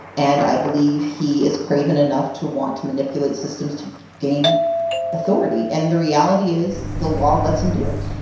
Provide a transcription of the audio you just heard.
and i believe he is craven enough to want to manipulate systems to gain authority, and the reality is the law lets him do it.